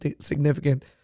significant